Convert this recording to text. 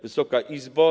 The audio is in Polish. Wysoka Izbo!